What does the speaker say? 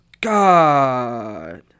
God